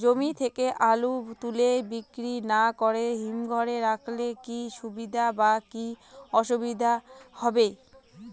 জমি থেকে আলু তুলে বিক্রি না করে হিমঘরে রাখলে কী সুবিধা বা কী অসুবিধা হবে?